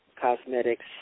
cosmetics